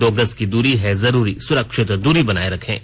दो गज की दूरी है जरूरी सुरक्षित दूरी बनाए रखें